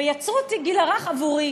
ויצרו תיק גיל הרך עבורי,